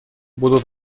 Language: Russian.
будут